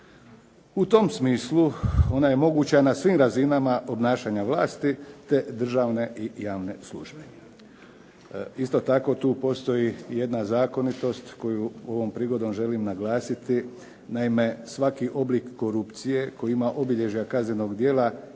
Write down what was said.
U tom smislu, ona je moguća na svim razinama obnašanja vlasti te državne i javne službe. Isto tako tu postoji i jedna zakonitost koju ovom prigodom želim naglasiti. Naime, svaki oblik korupcije koji ima obilježja kaznenog djela